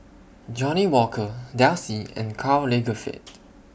Johnnie Walker Delsey and Karl Lagerfeld